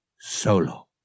Solo